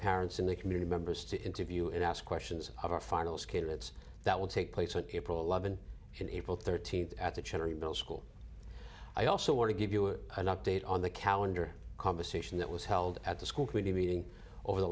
parents and the community members to interview and ask questions of our finalist candidates that will take place on april eleventh in april thirteenth at the cherry middle school i also want to give you an update on the calendar conversation that was held at the school committee meeting over the